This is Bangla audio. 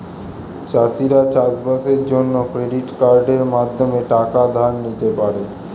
চাষিরা চাষবাসের জন্য ক্রেডিট কার্ডের মাধ্যমে টাকা ধার নিতে পারে